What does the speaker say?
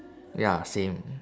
ya same